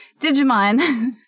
Digimon